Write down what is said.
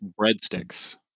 breadsticks